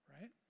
right